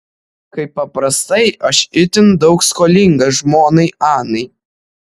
kaip paprastai aš itin daug skolingas žmonai anai